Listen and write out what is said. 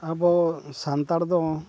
ᱟᱵᱚ ᱥᱟᱱᱛᱟᱲ ᱫᱚ